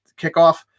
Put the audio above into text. kickoff